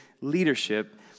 leadership